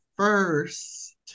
First